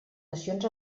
nacions